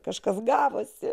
kažkas gavosi